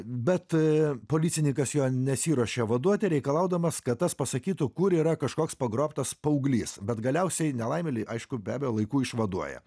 bet policininkas jo nesiruošia vaduoti reikalaudamas kad tas pasakytų kur yra kažkoks pagrobtas paauglys bet galiausiai nelaimėlį aišku be abejo laiku išvaduoja